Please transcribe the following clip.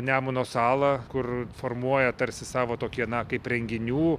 nemuno salą kur formuoja tarsi savo tokie na kaip renginių